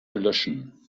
löschen